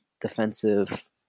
defensive